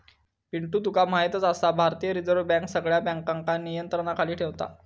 पिंटू तुका म्हायतच आसा, भारतीय रिझर्व बँक सगळ्या बँकांका नियंत्रणाखाली ठेवता